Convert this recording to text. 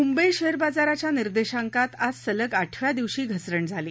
Mumbai share बाजाराच्या निर्देशांकात आज सलग आठव्या दिवशी घसरण झाली